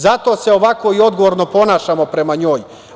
Zato se ovako i odgovorno ponašamo prema njoj.